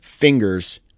Fingers